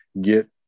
get